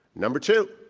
number two,